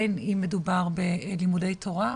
בין אם מדובר בלימודי תורה,